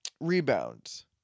Rebounds